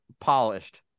polished